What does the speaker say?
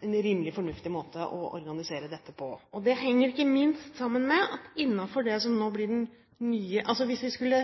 en rimelig fornuftig måte å organisere dette på. Det henger ikke minst sammen med at hvis vi skulle